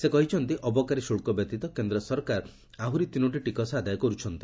ସେ କହିଛନ୍ତି ଅବକାରୀ ଶୁଳ୍କ ବ୍ୟତୀତ କେନ୍ଦ୍ ସରକାର ଆହୁରି ତିନୋଟି ଟିକସ ଆଦାୟ କରୁଛନ୍ତି